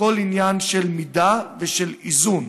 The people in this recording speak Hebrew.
הכול עניין של מידה ושל איזון.